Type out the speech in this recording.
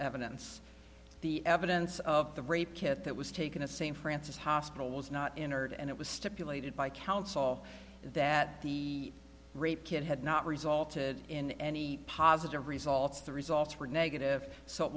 evidence the evidence of the rape kit that was taken to st francis hospital was not entered and it was stipulated by counsel that the rape kit had not resulted in any positive results the results were negative so it